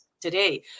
today